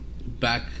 back